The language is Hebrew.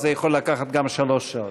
זה יכול לקחת גם שלוש שעות.